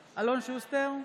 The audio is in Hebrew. שוסטר,